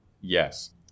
Yes